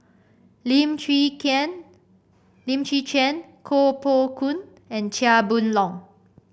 Lim Chwee Lim Chwee Chian Koh Poh Koon and Chia Boon Leong